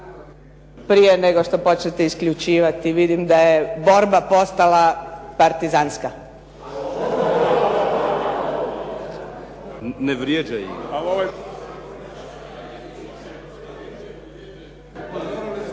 prije nego što počnete isključivati. Vidim da je borba postala partizanska.